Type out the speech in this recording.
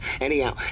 Anyhow